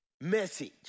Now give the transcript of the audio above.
message